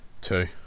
Two